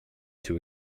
too